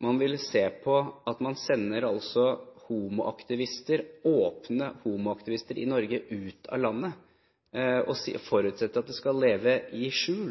man vil se på det at man sender åpne homoaktivister i Norge ut av landet og forutsetter at de skal leve i skjul.